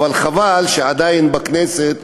אבל חבל שזה עדיין קיים בכנסת.